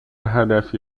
هدفی